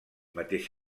mateix